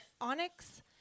Onyx